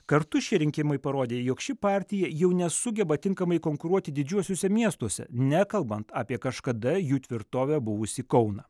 kartu šie rinkimai parodė jog ši partija jau nesugeba tinkamai konkuruoti didžiuosiuose miestuose nekalbant apie kažkada jų tvirtove buvusį kauną